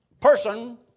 person